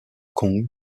kong